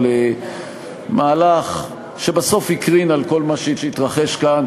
על מהלך שבסוף הקרין על כל מה שהתרחש כאן,